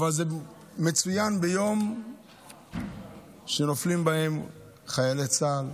אבל זה מצוין ביום שנופלים בו חיילי צה"ל,